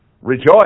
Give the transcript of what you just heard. Rejoice